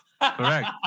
Correct